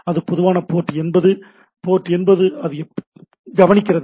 அது பொதுவான port 80 port 80 அது எப்போதும் கவனிக்கிறது